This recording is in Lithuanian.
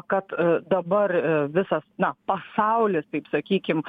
kad dabar visas na pasaulis taip sakykim